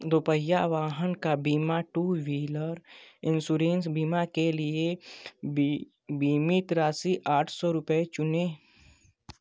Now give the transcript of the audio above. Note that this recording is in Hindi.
दोपहिया वाहन का बीमा टू व्हीलर इंसयोरेंस बीमा के लिए बी बीमित राशि आठ सौ रुपये चुनें